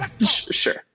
Sure